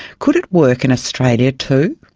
could it work in australia too?